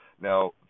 Now